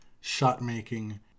shot-making